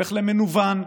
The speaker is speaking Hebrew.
שהופך למנוון,